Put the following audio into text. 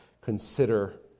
consider